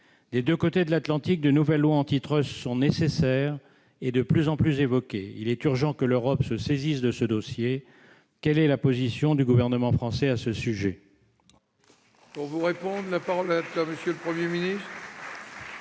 Des deux côtés de l'Atlantique, de nouvelles lois antitrust sont nécessaires et de plus en plus évoquées. Il est urgent que l'Europe se saisisse de ce dossier. Quelle est la position du gouvernement français à ce sujet ? La parole est à M. le Premier ministre.